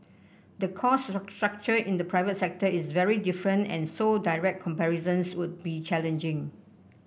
the cost structure in the private sector is very different and so direct comparisons would be challenging